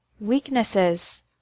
Weaknesses